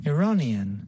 Iranian